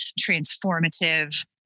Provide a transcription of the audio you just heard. transformative